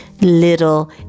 little